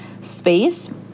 space